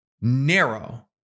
narrow